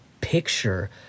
picture